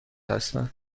هستند